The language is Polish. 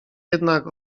jednak